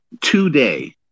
today